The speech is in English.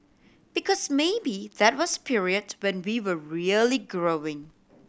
because maybe that was period when we were really growing